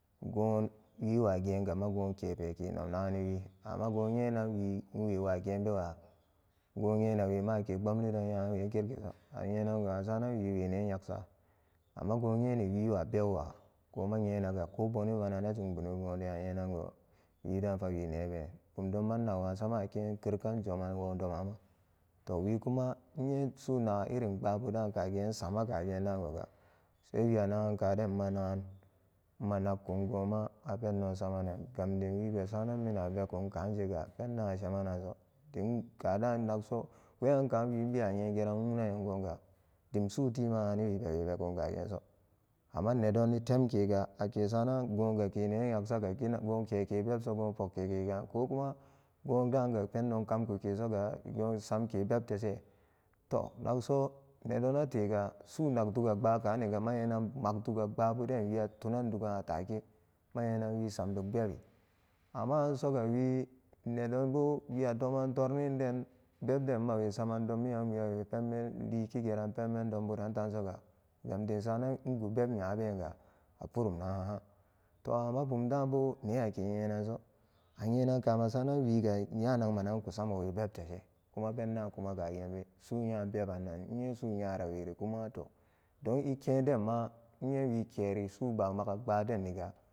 Nyen wi wageenga nau nom nagani wi amma goon nyenan wi nwe wa geenbe ga go nyena we ma ake pbomlidon nyaran kirki so an yenaga in masaranan wiwe ne nyaksa amma goon nyen wi wa bebwa ko bana na jum boona a nyenan go wi daan fa wi ne been bumdon ma nnag wasama aken kerkanan joman woon doma toh wi kum a nyen su nag irin pbabudaan kagen nsama kagen daan goga se wi anagan kaden nmanagan nma nakkun goonma a pendon sama nan gamdin wibe saranan mina vee kuun kjaan jege pendaan a shemanan so dim kadaan nakso weyan kaan wi nbewa nyegeran wuun na nyam goon ga dimsu timawani wi bo vekuun kageen so amma nedoni teem kega ake sanan goon gake nenyek saga ginagan goon ke ke bebso goon pong gege kagi ko ku ma goon baga pendon kamku ke soga goon samke beb tese toh nagso nedon nate ga sunak duga pbaka ani manyenan obabude wi a tunan dugan abake nmanyenan wisam duk bebi amma anso ga wi nedon bo wia toman tornin den beb de nmawe sama nmawe leb liki geran penmen don buran ran taan soga gam dim nma saranan nyawe been ga a purum nagan haan, to amma bum daan bo ne ake nyenan so a nyena ka mesara nan wiga nya nag manan nku samo we beb dere kuma pendaan bo kagi suun nyaan bebannan nye su nyara weri kumato don i keen denma nyewi kerisuu bamaga pbadeniga.